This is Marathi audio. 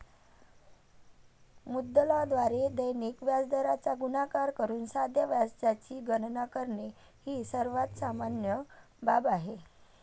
मुद्दलाद्वारे दैनिक व्याजदराचा गुणाकार करून साध्या व्याजाची गणना करणे ही सर्वात सामान्य बाब आहे